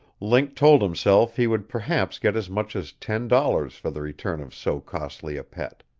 link told himself he would perhaps get as much as ten dollars for the return of so costly a pet.